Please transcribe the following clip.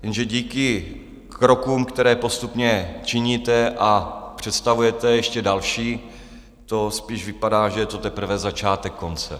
Jenže díky krokům, které postupně činíte, a představujete ještě další, to spíš vypadá, že je to teprve začátek konce.